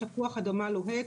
תפוח אדמה לוהט,